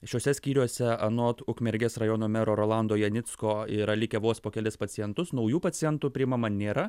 šiuose skyriuose anot ukmergės rajono mero rolando janicko yra likę vos po kelis pacientus naujų pacientų priimama nėra